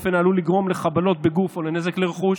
באופן העלול לגרום לחבלות בגוף או לנזק לרכוש,